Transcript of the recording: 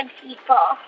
people